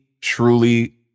truly